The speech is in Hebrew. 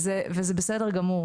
וזה בסדר גמור.